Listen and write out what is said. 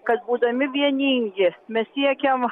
kad būdami vieningi mes siekiam